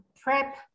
prep